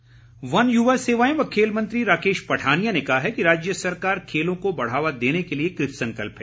पठानिया वन युवा सेवाएं व खेल मंत्री राकेश पठानिया ने कहा है कि राज्य सरकार खेलों को बढ़ावा देने के लिए कृत संकल्प है